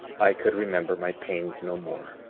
i could remember my pains no more